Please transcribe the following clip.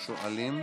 השואלים.